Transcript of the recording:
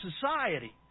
society